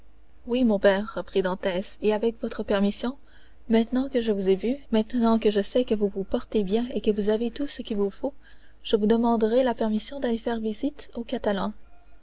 oui mon père reprit dantès et avec permission maintenant que je vous ai vu maintenant que je sais que vous vous portez bien et que vous avez tout ce qu'il vous faut je vous demanderai la permission d'aller faire visite aux catalans